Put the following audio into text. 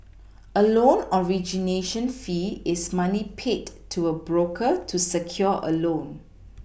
a loan origination fee is money paid to a broker to secure a loan